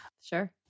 Sure